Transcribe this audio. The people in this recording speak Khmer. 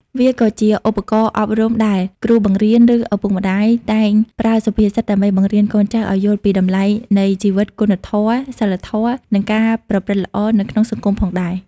វាក៏ជាឧបករណ៍អប់រំដែល គ្រូបង្រៀន ឬឪពុកម្តាយតែងប្រើសុភាសិតដើម្បីបង្រៀនកូនចៅឱ្យយល់ពីតម្លៃនៃជីវិត គុណធម៌ សីលធម៌ និងការប្រព្រឹត្តល្អនៅក្នុងសង្គមផងដែរ។